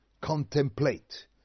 Contemplate